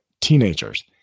teenagers